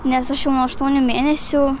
nes aš jau nuo aštuonių mėnesių